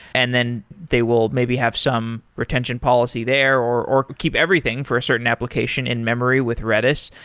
and then they will maybe have some retention policy there or or keep everything for a certain application in-memory with redis.